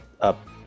up